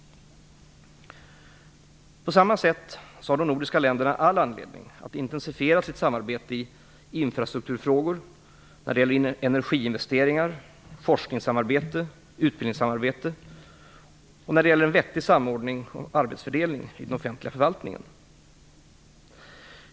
På samma sätt har de nordiska länderna all anledning att intensifiera sitt samarbete i infrastrukturfrågor, när det gäller energiinvesteringar, forsknings och utbildningssamarbete och när det gäller en vettig samordning och arbetsfördelning i den offentliga förvaltningen.